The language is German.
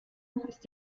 ist